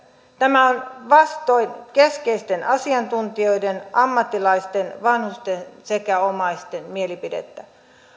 tämä on vastoin keskeisten asiantuntijoiden ammattilaisten vanhusten sekä omaisten mielipidettä